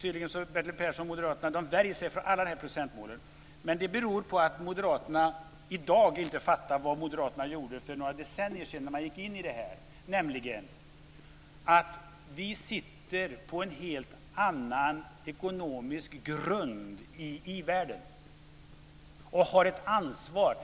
%. Bertil Persson och Moderaterna värjer sig ju tydligen mot alla procentmål. Men det beror på att Moderaterna i dag inte fattar vad Moderaterna gjorde för några decennier sedan, när man gick in i detta. Vi sitter på en helt annan ekonomisk grund i i-världen, och vi har ett ansvar.